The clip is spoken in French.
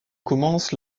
commence